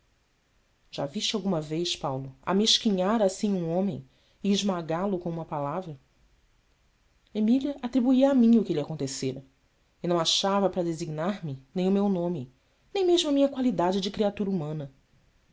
já viste alguma vez paulo amesquinhar assim um homem e esmagá lo com uma palavra emília atribuía a mim o que lhe acontecera e não achava para designar me nem o meu nome nem mesmo a minha qualidade de criatura humana